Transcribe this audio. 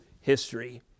history